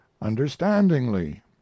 understandingly